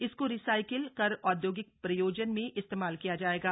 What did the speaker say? इसको रिसाइकिल कर औद्योगिक प्रयोजन में इस्तेमाल किया जाएगा